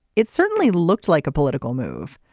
it certainly looked like a political move.